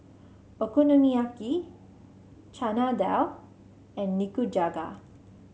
Okonomiyaki Chana Dal and Nikujaga